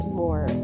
more